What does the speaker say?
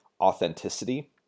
authenticity